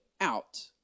out